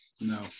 No